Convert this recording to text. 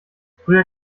früher